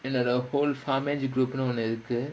என்னோட:ennoda whole family group ஒன்னு இருக்கு:onnu irukku